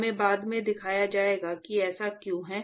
हमें बाद में दिखाया जाएगा कि ऐसा क्यों है